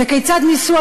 וכיצד ניסו,